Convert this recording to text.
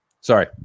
Sorry